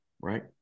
right